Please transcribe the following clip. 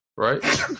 Right